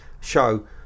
show